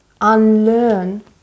unlearn